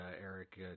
Eric